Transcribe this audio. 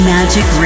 Magic